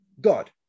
God